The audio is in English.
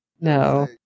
No